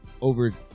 over